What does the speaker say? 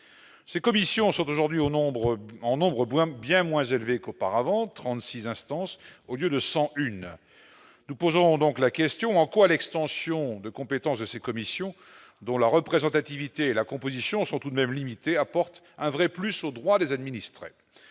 ces commissions sont aujourd'hui au nombre en nombre bien moins élevé qu'auparavant 36 instance au lieu de 101 nous posons donc la question : en quoi l'extension de compétence de ces commissions dont la représentativité et la composition sont tout de même limité apporte un vrai plus aux droits des administrés,